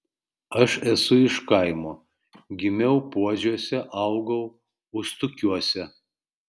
aš esu iš kaimo gimiau puodžiuose augau ustukiuose